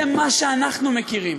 זה מה שאנחנו מכירים,